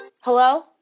Hello